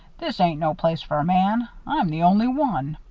this ain't no place for a man i'm the only one!